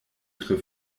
tre